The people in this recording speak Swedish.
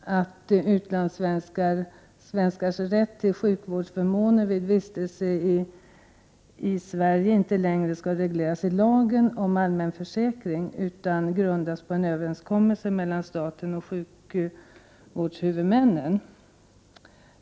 att utlandssvenskars rätt till sjukvårdsförmåner vid vistelse i Sverige inte längre skall regleras i lagen om allmän försäkring utan grundas på en överenskommelse mellan staten och sjukvårdshuvudmännen.